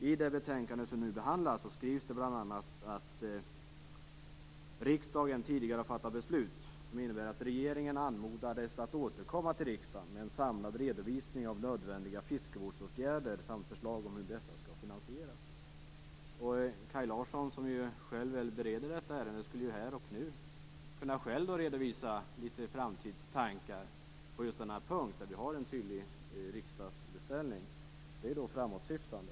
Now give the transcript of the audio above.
I det betänkande som vi nu behandlar skrivs bl.a. att riksdagen tidigare har fattat beslut som innebär att regeringen anmodats att återkomma till riksdagen med en samlad redovisning av nödvändiga fiskevårdsåtgärder samt förslag om hur dessa skall finansieras. Kaj Larsson som bereder detta ärende skulle här och nu själv kunna redovisa litet framtidstankar på just den här punkten. Vi har en tydlig riksdagsbeställning. Det är framåtsyftande.